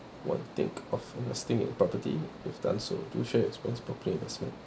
what you think of investing in property if done so do share experience in property investment